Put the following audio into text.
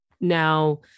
Now